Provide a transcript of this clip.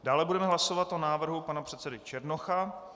Dále budeme hlasovat o návrhu pana předsedy Černocha.